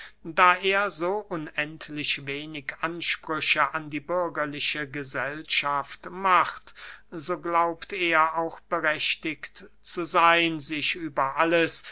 da er so unendlich wenig ansprüche an die bürgerliche gesellschaft macht so glaubt er auch berechtigt zu seyn sich über alles